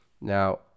Now